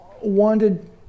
wanted